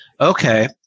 okay